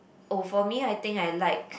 oh for me I think I like